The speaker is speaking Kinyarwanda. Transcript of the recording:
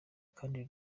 kandi